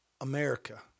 America